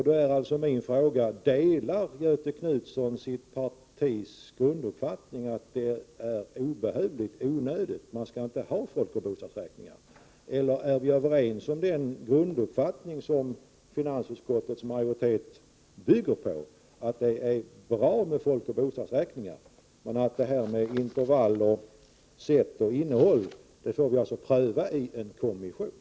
Då är min fråga: Delar Göthe Knutson sitt partis grunduppfattning, att vi inte behöver några folkoch bostadsräkningar, eller är vi överens om den grunduppfattning som finansutskottets majoritet har, att det är bra med folkoch bostadsräkningar och att det här med intervall, sätt och innehåll får prövas av en kommission?